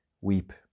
weep